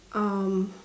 um